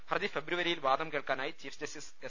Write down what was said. ഹർജി ഫെബ്രുവരിയിൽ വാദം കേൾക്കാനായി ചീഫ് ജസ്റ്റിസ് എസ്